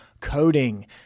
coding